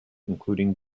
including